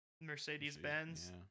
mercedes-benz